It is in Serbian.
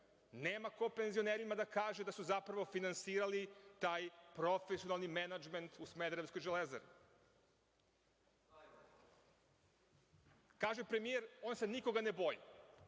Nema ko penzionerima da kaže da su zapravo finansirali taj profesionalni menadžment u smederevskoj „Železari“.Kaže premijer - on se nikoga ne boji